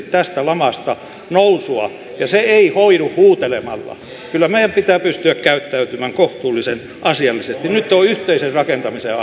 tästä lamasta nousua ja se ei hoidu huutelemalla kyllä meidän pitää pystyä käyttäytymään kohtuullisen asiallisesti nyt on yhteisen rakentamisen